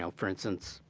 so for instance,